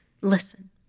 Listen